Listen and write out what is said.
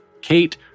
Kate